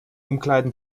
umkleiden